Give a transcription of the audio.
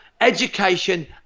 education